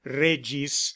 regis